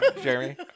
jeremy